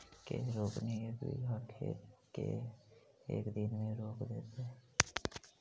के रोपनी एक बिघा खेत के एक दिन में रोप देतै?